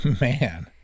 man